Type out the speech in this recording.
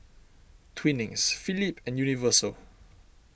Twinings Philips and Universal